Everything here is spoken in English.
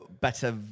better